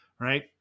right